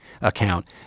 account